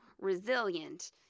resilient